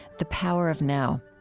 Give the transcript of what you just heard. the power of now.